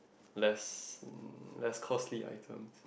less less costly items